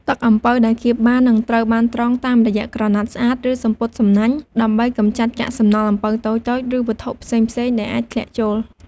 ទឹកអំពៅដែលកៀបបាន នឹងត្រូវបានត្រងតាមរយៈក្រណាត់ស្អាត ឬសំពត់សំណាញ់ ដើម្បីកម្ចាត់កាកសំណល់អំពៅតូចៗ ឬវត្ថុផ្សេងៗដែលអាចធ្លាក់ចូល។